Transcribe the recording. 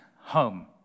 home